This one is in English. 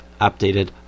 updated